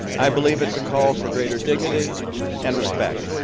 i believe it's a call for greater dignity and respect.